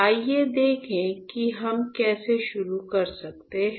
आइए देखें कि हम कैसे शुरू कर सकते हैं